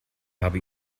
habe